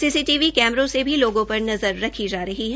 CCTV कैमरों से भी लोगों पर नज़र रखी जा रही है